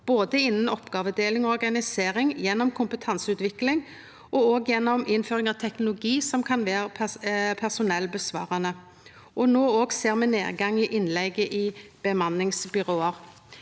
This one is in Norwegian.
både innan oppgåvedeling, organisering, kompetanseutvikling og innføring av teknologi som kan vera personellinnsparande. Me ser no òg ein nedgang i innleige i bemanningsbyrå.